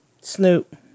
Snoop